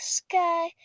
sky